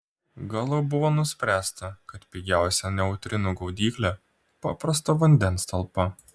galop buvo nuspręsta kad pigiausia neutrinų gaudyklė paprasto vandens talpa